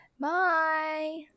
bye